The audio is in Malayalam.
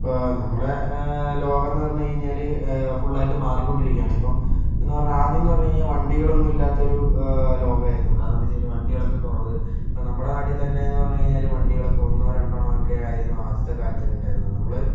ഇപ്പോൾ നമ്മളെ ലോകമെന്ന് പറഞ്ഞു കഴിഞ്ഞാല് ഫുള്ളായിട്ട് മാറിക്കൊണ്ടിരിക്കുകയായാണ് ഇപ്പോൾ എന്ന് പറഞ്ഞാ ആദ്യമെന്ന് പറഞ്ഞ് കഴിഞ്ഞാൽ വണ്ടികളൊന്നും ഇല്ലാത്ത ഒരു ലോകമായിരുന്നു കാരണമെന്ന് വെച്ചുകഴിഞ്ഞാൽ വണ്ടികളൊക്കെ കുറവ് ഇപ്പോൾ നമ്മടെ നാട്ടിൽത്തന്നെയെന്നു പറഞ്ഞു കഴിഞ്ഞാല് വണ്ടികളൊക്കെ ഒന്നോ രണ്ടെണ്ണമൊക്കെ ആയിരുന്നു ആദ്യത്തെ കാലത്തൊക്കെ ഉണ്ടായിരുന്നത് നമ്മള്